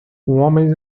homem